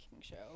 show